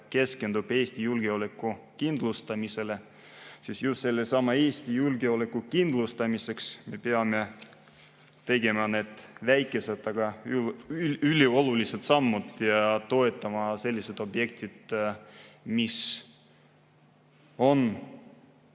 keskendub Eesti julgeoleku kindlustamisele ja just sellesama Eesti julgeoleku kindlustamiseks me peame tegema need väikesed, aga üliolulised sammud ja toetama objekte, mis on